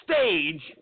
stage